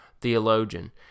theologian